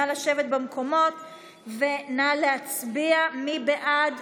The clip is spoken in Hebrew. מי בעד?